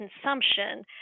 consumption